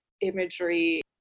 imagery